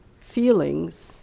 feelings